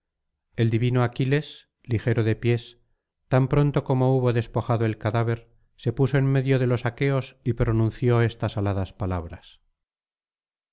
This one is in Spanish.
el divino aquiles ligero de pies tan pronto como hubo despojado el cadáver se puso en medio de los aqueos y pronunció estas aladas palabras